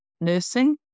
nursing